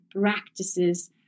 practices